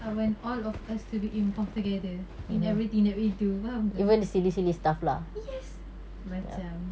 I want all of us to be involved together in everything that we do faham ke yes macam